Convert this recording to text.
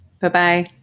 Bye-bye